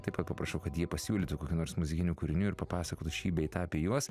taip pat paprašiau kad jie pasiūlytų kokių nors muzikinių kūrinių ir papasakotų šį bei tą apie juos